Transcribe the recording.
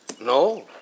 No